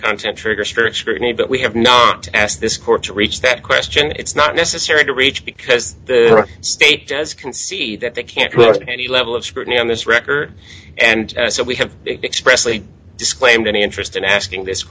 content trigger strict scrutiny but we have not asked this court to reach that question it's not necessary to reach because the state does concede that they can't look at any level of scrutiny on this record and so we have express lee disclaimed any interest in asking this